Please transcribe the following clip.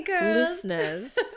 listeners